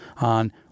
on